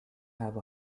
have